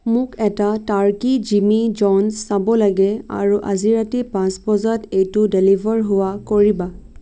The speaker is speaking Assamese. মোক এটা টাৰ্কি জিমী জন্ছ চাব লাগে আৰু আজি ৰাতি পাঁচ বজাত এইটো ডেলিভাৰ হোৱা কৰিবা